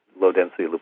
low-density